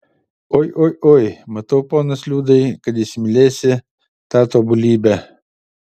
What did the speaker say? oi oi oi matau ponas liudai kad įsimylėsi tą tobulybę